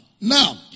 Now